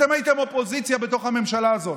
אתם הייתם אופוזיציה בתוך הממשלה הזאת.